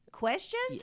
Questions